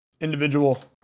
individual